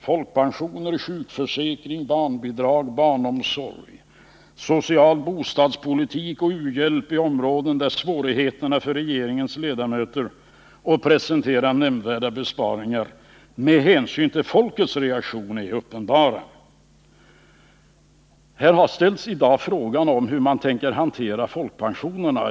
Folkpensioner, sjukförsäkring, barnomsorg, social bostadspolitik och u-hjälp är områden där svårigheterna för regeringens ledamöter att presentera nämnvärda besparingar med hänsyn till folkets reaktioner är uppenbara. I dag har frågan ställts hur man tänker hantera folkpensionerna.